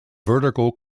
vertical